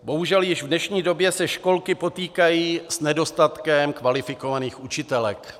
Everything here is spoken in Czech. Bohužel již v dnešní době se školky potýkají s nedostatkem kvalifikovaných učitelek.